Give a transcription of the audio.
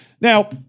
Now